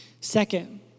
Second